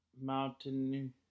mountain